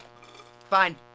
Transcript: Fine